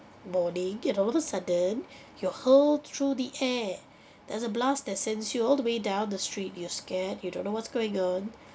morning and all of a sudden your whole through the air there's a blast that sends you all the way down the street you're scared you don't know what's going on